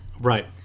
right